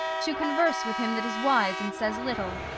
to converse with him that is wise and says little,